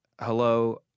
Hello